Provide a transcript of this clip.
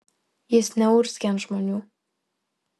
jis neurzgia ant žmonių